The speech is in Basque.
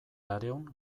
laurehun